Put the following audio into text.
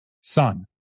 Son